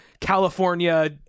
California